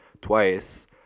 twice